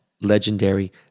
legendary